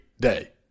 day